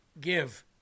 give